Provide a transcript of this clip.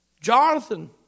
Jonathan